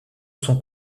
son